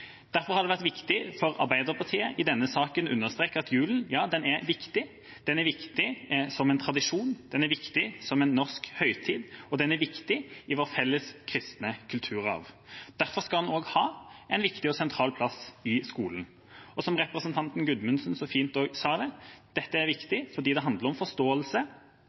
Derfor har det vært viktig for Arbeiderpartiet i denne saken å understreke at julen er viktig. Den er viktig som en tradisjon, den er viktig som en norsk høytid, og den er viktig i vår felles, kristne kulturarv. Derfor skal den også ha en viktig og sentral plass i skolen. Og som representanten Gudmundsen så fint sa det: Dette er viktig fordi det handler om forståelse